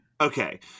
Okay